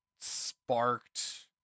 sparked